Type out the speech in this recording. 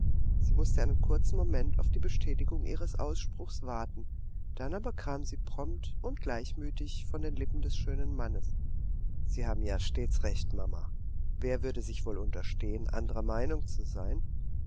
sie mußte einen kurzen moment auf die bestätigung ihres ausspruchs warten dann aber kam sie prompt und gleichmütig von den lippen des schönen mannes sie haben ja stets recht mama wer würde sich wohl unterstehen anderer meinung zu sein